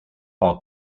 par